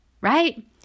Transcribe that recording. right